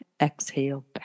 Exhale